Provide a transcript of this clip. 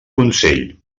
consell